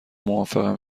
موافقم